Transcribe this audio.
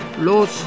los